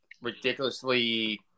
ridiculously